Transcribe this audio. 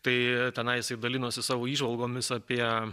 tai tenai jisai dalinosi savo įžvalgomis apie